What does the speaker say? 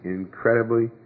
incredibly